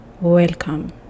welcome